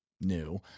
new